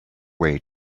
way